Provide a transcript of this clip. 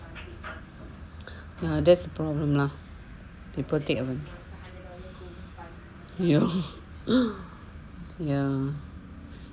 that's problem lah people take advan~ ya ya